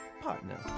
partner